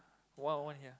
one one here